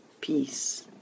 Peace